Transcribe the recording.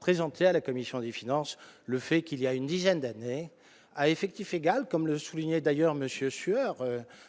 présenté à la commission des finances, le fait qu'il y a une dizaine d'années à effectif égal, comme le soulignait d'ailleurs monsieur Sueur